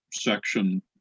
section